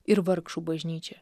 ir vargšų bažnyčią